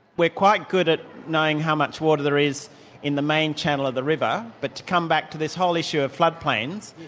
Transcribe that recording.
we're quite good at knowing how much water there is in the main channel of the river, but to come back to this whole issue of floodplains,